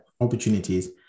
opportunities